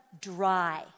dry